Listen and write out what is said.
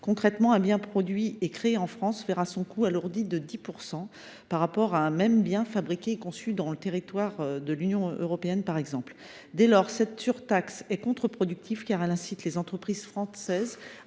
Concrètement, le coût d’un bien produit et créé en France serait alourdi de 10 % par rapport à un même bien fabriqué et conçu dans un autre pays de l’Union européenne. Dès lors, cette surtaxe est contre productive, car elle incite les entreprises françaises